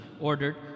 ordered